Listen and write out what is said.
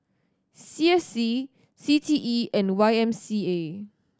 C S C C T E and Y M C A